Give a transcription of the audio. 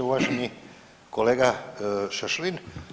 Uvaženi kolega Šašlin.